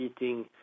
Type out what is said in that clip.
eating